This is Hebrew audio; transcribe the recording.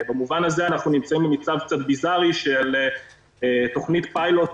במובן הזה אנחנו נמצאים במצב קצת ביזארי של תוכנית פיילוט